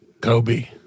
kobe